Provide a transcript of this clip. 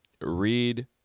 read